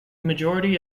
majority